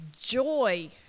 joy